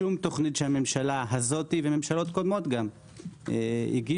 שום תוכנית שהממשלה הזאת וממשלות קודמות גם הגישו.